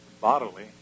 bodily